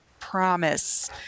promise